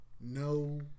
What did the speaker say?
no